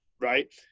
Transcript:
right